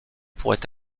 pourrait